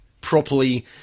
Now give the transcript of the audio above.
properly